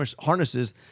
harnesses